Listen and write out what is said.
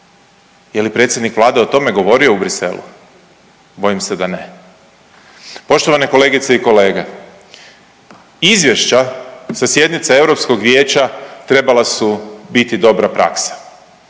Je li predsjednik Vlade o tome govorio u Bruxellesu? Bojim se da ne. Poštovane kolegice i kolege, izvješća sa sjednica EV-a trebala su biti dobra praksa.